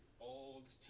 old